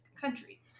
country